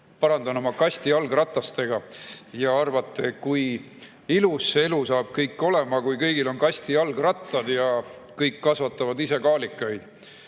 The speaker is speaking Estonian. parandan, oma kastijalgratastega, ja arvate, et elu saab ilus olema, kui kõigil on kastijalgrattad ja kõik kasvatavad ise kaalikaid.